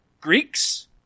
Greeks